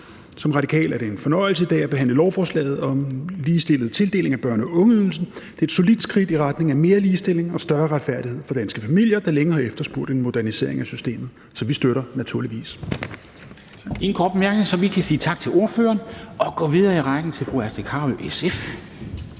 Som radikal er det en fornøjelse i dag at behandle lovforslaget om en ligestillet tildeling af børne- og ungeydelsen. Det er et solidt skridt i retning af mere ligestilling og større retfærdighed for danske familier, der længe har efterspurgt en modernisering af systemet. Så vi støtter det naturligvis.